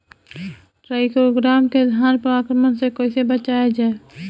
टाइक्रोग्रामा के धान पर आक्रमण से कैसे बचाया जाए?